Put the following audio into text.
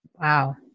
Wow